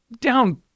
down